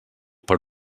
per